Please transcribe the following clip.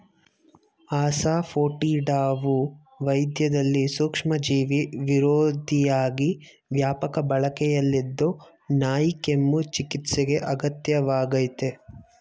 ಅಸಾಫೋಟಿಡಾವು ವೈದ್ಯದಲ್ಲಿ ಸೂಕ್ಷ್ಮಜೀವಿವಿರೋಧಿಯಾಗಿ ವ್ಯಾಪಕ ಬಳಕೆಯಲ್ಲಿದ್ದು ನಾಯಿಕೆಮ್ಮು ಚಿಕಿತ್ಸೆಗೆ ಅಗತ್ಯ ವಾಗಯ್ತೆ